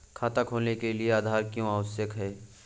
खाता खोलने के लिए आधार क्यो आवश्यक है?